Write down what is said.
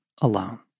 alone